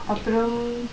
அப்பிரம்:apprum